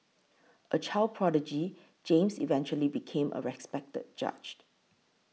a child prodigy James eventually became a respected judge